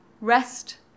Rest